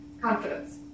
confidence